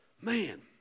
Man